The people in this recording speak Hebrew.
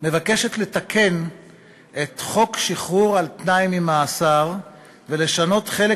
מבקשת לתקן את חוק שחרור על-תנאי ממאסר ולשנות חלק